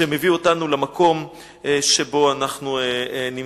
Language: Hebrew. שמביא אותנו למקום שבו אנחנו נמצאים.